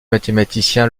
mathématicien